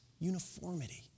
uniformity